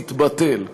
תתבטל,